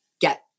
get